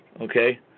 Okay